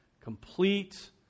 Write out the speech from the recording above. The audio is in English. complete